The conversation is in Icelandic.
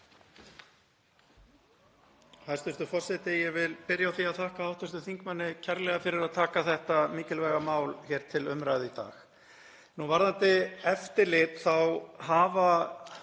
Hæstv. forseti. Ég vil byrja á því að þakka hv. þingmanni kærlega fyrir að taka þetta mikilvæga mál hér til umræðu í dag. Varðandi eftirlit þá hafa